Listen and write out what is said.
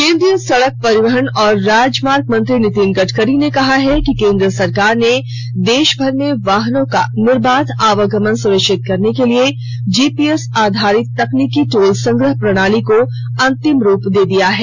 केंद्रीय सड़क परिवहन और राजमार्ग मंत्री नितिन गडकरी ने कहा है कि केंद्र सरकार ने देशभर में वाहनों का निर्बाध आवागमन सुनिश्चित करने के लिए जीपीएस आधारित तकनीकी टोल संग्रह प्रणाली को अंतिम रूप दे दिया है